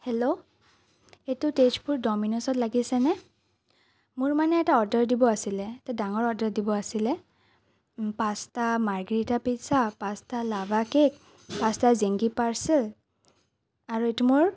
hello এইটো তেজপুৰ ড'মিনজত লাগিছেনে মোৰ মানে এটা অৰ্ডাৰ দিব আছিলে এটা ডাঙৰ অৰ্ডাৰ দিব আছিলে পাঁচটা মাৰ্গাৰিটা পিজ্জা পাঁচটা লাভা কেক পাঁচটা জিংগী পাৰ্চেল আৰু এইটো মোৰ